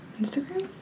Instagram